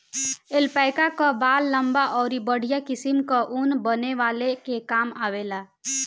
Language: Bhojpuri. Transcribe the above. एल्पैका कअ बाल लंबा अउरी बढ़िया किसिम कअ ऊन बनवले के काम आवेला